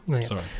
Sorry